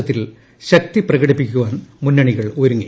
ശത്തിൽ ശക്തി പ്രകടിപ്പിക്കുവാൻ മുന്നണികൾ ഒരുങ്ങി